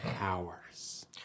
Hours